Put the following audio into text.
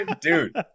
dude